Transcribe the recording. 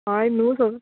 हय न्हू सग्